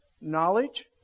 knowledge